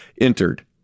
entered